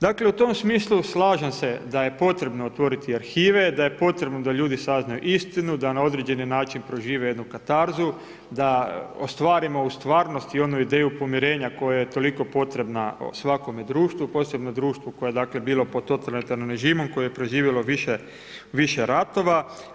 Dakle u tom smislu slažem se da je potrebno otvoriti arhive, da je potrebno da ljudi saznaju istinu, da na određeni način prežive jednu katarzu, da ostvarimo u stvarnosti onu ideju pomirenja, koje je toliko potrebna svakome društvu, posebno društvu, koje je dakle, bilo po totalitarnom režimu koje je proživjelo više ratova.